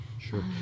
sure